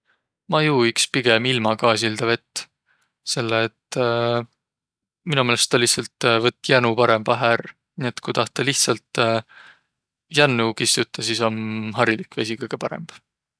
Ma juu iks pigem ilma gaasilda vett, sell et mino meelest taa lihtsält võtt jänu parõmbahe ärq. Ku tahtaq lihtsält jännu kistutaq, sis om harilik vesi kõgõ parõmb.